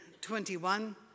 21